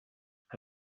have